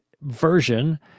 version